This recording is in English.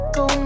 go